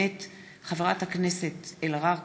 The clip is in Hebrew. מאת חברי הכנסת עאידה תומא סלימאן,